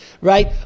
right